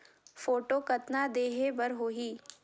Photo कतना देहें बर होहि?